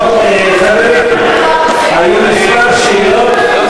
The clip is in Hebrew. טוב, חברים, היו כמה שאלות.